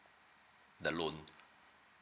the loan